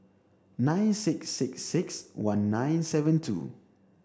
nine six six six one nine seven two